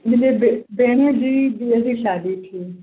मुंहिंजी भे भेण जी धीअ जी शादी थी